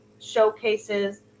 showcases